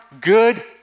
good